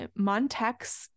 Montex